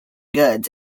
goods